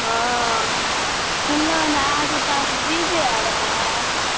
हँ सुनू ने अहाँके पास डी जे आर हइ